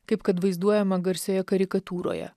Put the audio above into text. kaip kad vaizduojama garsioje karikatūroje